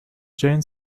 jane